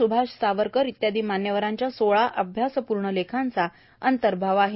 स्भाष सावरकर इत्यादी मान्यवरांच्या सोळा अभ्यासप्र्ण लेखांचा अंतर्भाव आहे